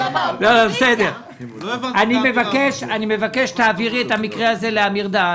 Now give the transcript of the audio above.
אני מבקש שתעבירי את המקרה הזה לאמיר דהן.